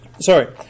sorry